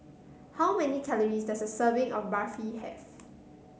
how many calories does a serving of Barfi have